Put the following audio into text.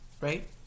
right